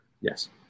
Yes